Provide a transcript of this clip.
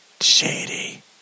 Shady